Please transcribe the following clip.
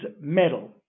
metal